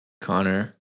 Connor